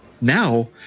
now